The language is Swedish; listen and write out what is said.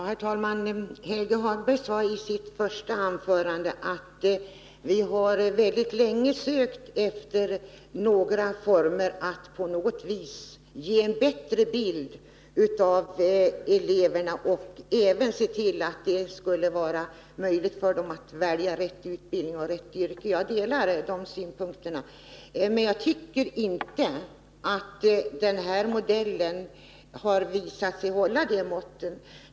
Herr talman! Helge Hagberg sade i sitt första anförande att vi länge har sökt efter några former att på något vis ge en bättre bild av eleverna och även se till att det skulle vara möjligt för dem att välja rätt utbildning och rätt yrke. Jag delar de synpunkterna. Men jag tycker inte att den här modellen har visat sig hålla måttet.